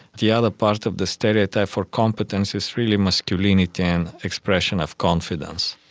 the other part of the stereotype for competence is really masculinity and expression of confidence.